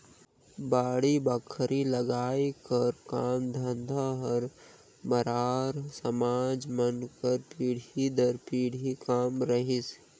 बाड़ी बखरी लगई कर काम धंधा हर मरार समाज मन कर पीढ़ी दर पीढ़ी काम रहिस